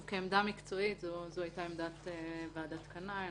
זו הייתה עמדת ועדת קנאי.